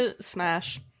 Smash